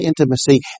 intimacy